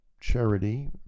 charity